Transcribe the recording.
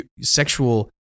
sexual